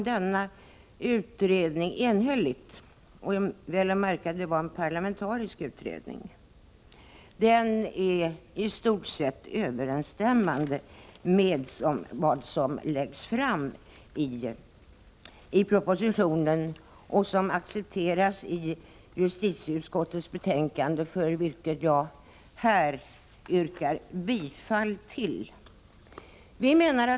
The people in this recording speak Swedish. Denna utrednings enhälliga slutsatser — det var, väl att märka, en parlamentarisk utredningöverensstämmer i stort sett med förslagen i propositionen, vilka också accepteras av justitieutskottet, till vars hemställan jag yrkar bifall.